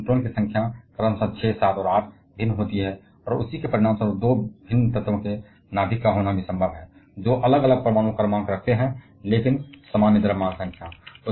लेकिन न्यूट्रॉन की संख्या क्रमशः 6 7 और 8 बदलती है और उसी के परिणामस्वरूप 2 नए तत्वों के नाभिक का होना भी संभव है जो अलग अलग परमाणु संख्या रखते हैं लेकिन एक ही द्रव्यमान संख्या है